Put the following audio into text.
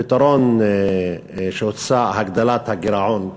הפתרון שהוצע: הגדלת הגירעון,